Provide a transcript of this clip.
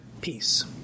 peace